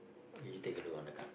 will you take a look on the card